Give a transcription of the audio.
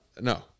no